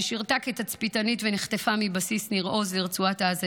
ששירתה כתצפיתנית ונחטפה מבסיס ניר עוז לרצועת עזה,